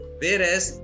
Whereas